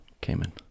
Cayman